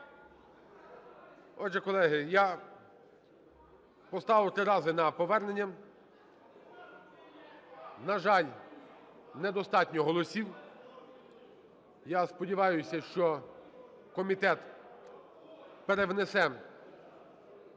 Отже, колеги, я поставив три рази на повернення. На жаль, недостатньо голосів. Я сподіваюся, що комітет перевнесе